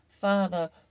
Father